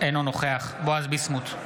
אינו נוכח בועז ביסמוט,